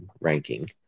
ranking